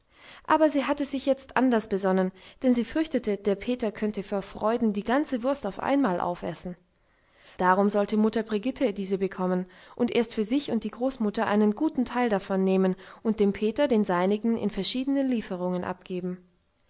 aber sie hatte sich jetzt anders besonnen denn sie fürchtete der peter könnte vor freuden die ganze wurst auf einmal aufessen darum sollte die mutter brigitte diese bekommen und erst für sich und die großmutter einen guten teil davon nehmen und dem peter den seinigen in verschiedenen lieferungen abgeben